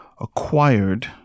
acquired